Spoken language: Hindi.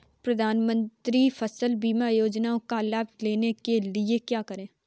प्रधानमंत्री फसल बीमा योजना का लाभ लेने के लिए क्या करें?